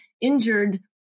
injured